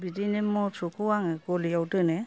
बिदिनो मोसौखौ आङो गलियाव दोनो